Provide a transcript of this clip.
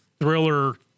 thriller